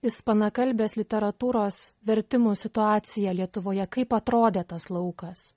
ispanakalbes literatūros vertimų situacija lietuvoje kaip atrodė tas laukas